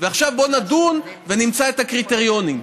ועכשיו בואו נדון ונמצא את הקריטריונים.